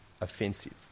offensive